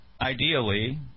ideally